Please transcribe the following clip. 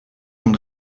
von